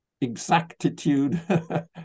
exactitude